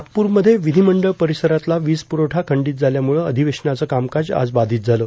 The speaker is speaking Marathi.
नागप्रमध्ये विधिमंडळ परिसरातला वीज प्रवठा खंडीत झाल्याम्रछं अधिवेशनाचं कामकाज आज बाधित झालं